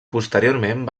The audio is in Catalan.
posteriorment